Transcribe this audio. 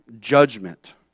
judgment